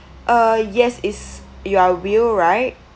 uh yes is you're will right